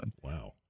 Wow